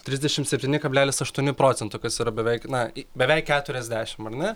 trisdešimt septyni kablelis aštuoni procentų kas yra beveik na beveik keturiasdešimt ar ne